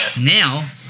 Now